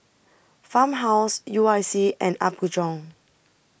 Farmhouse U I C and Apgujeong